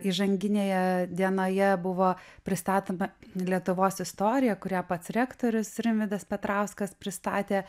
įžanginėje dienoje buvo pristatoma lietuvos istorija kurią pats rektorius rimvydas petrauskas pristatė